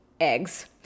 eggs